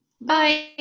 Bye